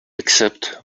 except